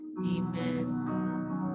Amen